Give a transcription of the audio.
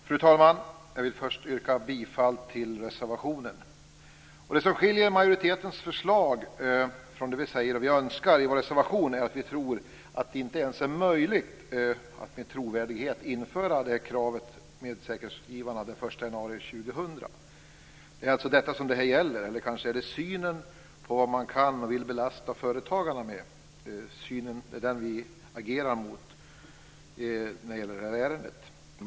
Fru talman! Jag vill först yrka bifall till reservationen. Det som skiljer majoritetens förslag från det vi säger och önskar i vår reservation är att vi tror att det inte ens är möjligt att med trovärdighet införa det här kravet på säkerhetsrådgivare den 1 januari år 2000. Det är detta som frågan gäller, eller kanske är det synen på vad man kan och vill belasta företagarna med. Det är den vi agerar mot i det här ärendet.